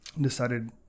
decided